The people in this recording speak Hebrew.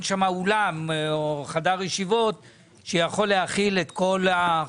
שם אולם או חדר ישיבות שיכול להכיל את כל החברים.